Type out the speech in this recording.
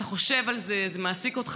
אתה חושב על זה, זה מעסיק אותך.